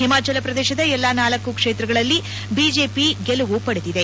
ಹಿಮಾಚಲ ಪ್ರದೇಶದ ಎಲ್ಲಾ ಳ ಕ್ಷೇತ್ರಗಳಲ್ಲೂ ಬಿಜೆಪಿ ಗೆಲುವು ಪಡೆದಿದೆ